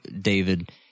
David